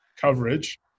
coverage